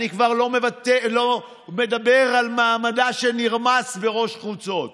אני כבר לא מדבר על מעמדה שנרמס בראש חוצות.